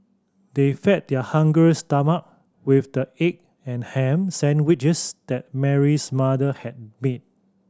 they fed their hungry stomach with the egg and ham sandwiches that Mary's mother had made